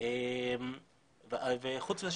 חוץ מזה